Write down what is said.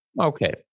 Okay